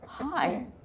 Hi